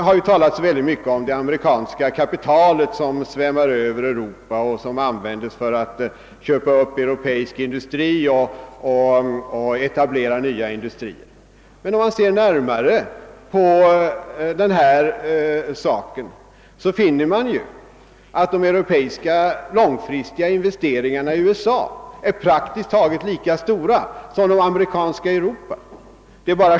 Det talas så mycket om det amerikanska kapitalet som svämmar över Europa och som används för att köpa upp europeiska industrier och etablera nya industrier. Men om man ser närmare på denna sak finner man att de europeiska långfristiga investeringarna i USA är praktiskt taget lika stora som de amerikanska i Europa.